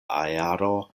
aero